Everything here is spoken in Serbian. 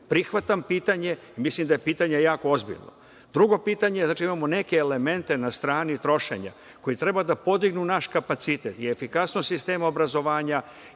Prihvatam pitanje, mislim da je pitanje jako ozbiljno. Drugo pitanje, znači, imamo neke elemente na strani trošenja koji treba da podignu naš kapacitet i efikasnost sistema obrazovanja